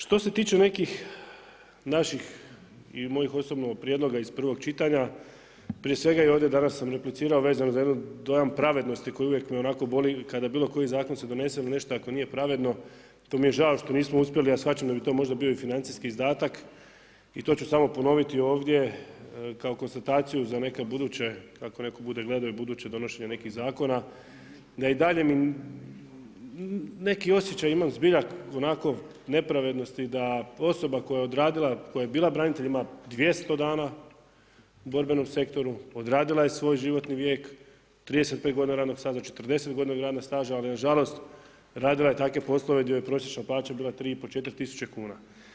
Što se tiče nekih naših i mojih osobno prijedloga iz prvog čitanja, prije svega i ovdje danas sam replicirao vezan za jedan dojam pravednosti koji uvijek me onako boli, kada bilo koji zakon se donese, nešto ako nije pravedno, to mi je žao što nismo uspjeli a shvaćam da bi to možda bio i financijski izdatak i to ću samo ponoviti ovdje kao konstataciju za neke buduće, ako netko bude gledao i buduće donošenje nekih zakona da i dalje neki osjećaj imam zbilja onako nepravednosti da osoba koja je odradila, koja je bila branitelj ima 200 dana u borbenom sektoru, odradila je svoj životni vijek, 35 godina radnog staža, 40 godina radnog staža ali nažalost radila je takve poslove gdje joj je prosječna plaća bila 3,5, 4 tisuće kuna.